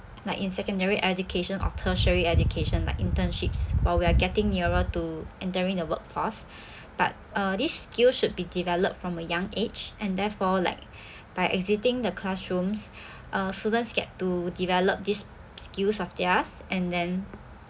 like in secondary education or tertiary education like internships while we're getting nearer to entering the workforce but uh these skills should be developed from a young age and therefore like by exiting the classrooms uh students get to develop these skills of theirs and then